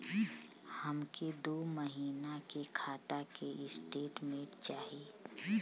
हमके दो महीना के खाता के स्टेटमेंट चाही?